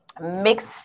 mixed